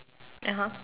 (uh huh)